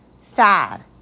sad